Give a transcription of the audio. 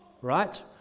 right